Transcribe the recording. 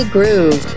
Groove